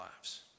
lives